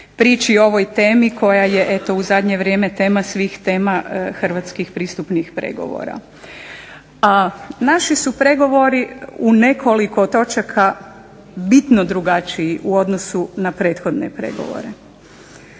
prići ovoj temi koja je eto u zadnje vrijeme tema svih tema hrvatskih pristupnih pregovora. Naši su pregovori u nekoliko točaka bitno drugačiji u odnosu na prethodne pregovore.